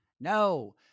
No